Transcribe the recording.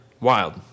wild